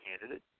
candidate